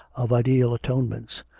of ideal atonements.